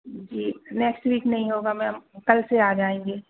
जी next week नहीं होगा ma'am कल से आ जाएँगे